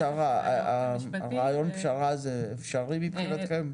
רעיון הפשרה אפשרי מבחינתכם?